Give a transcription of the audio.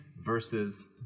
versus